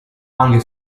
anche